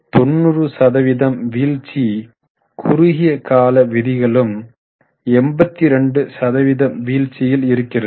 90 சதவீதம் வீழ்ச்சி குறுகிய கால விதிகளும் 82 சதவீதம் வீழ்ச்ச்சியில் இருக்கிறது